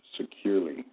securely